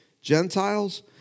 Gentiles